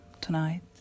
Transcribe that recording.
tonight